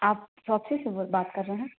आप शॉपसी से बोल बात कर रहें